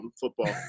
football